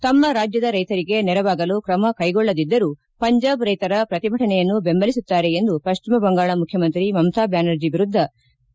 ತಮ್ಮ ರಾಜ್ಯದ ರೈತರಿಗೆ ನೆರವಾಗಲು ಕ್ರಮ ಕೈಗೊಳ್ಳದಿದ್ದರೂ ಪಂಜಾಬ್ ರೈತರ ಪ್ರತಿಭಟನೆಯನ್ನು ಬೆಂಬಲಿಸುತ್ತಾರೆ ಎಂದು ಪಶ್ವಿಮ ಬಂಗಾಳ ಮುಖ್ಚಮಂತ್ರಿ ಮಮತಾ ಬ್ದಾನರ್ಜಿ ವಿರುದ್ದ ಅಸಮಾಧಾನ ವ್ಯಕ್ತಪಡಿಸಿದರು